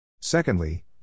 Secondly